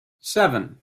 seven